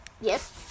Yes